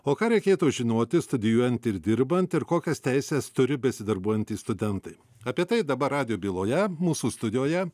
o ką reikėtų žinoti studijuojant ir dirbant ir kokias teises turi besidarbuojantys studentai apie tai dabar radijo byloje mūsų studijoje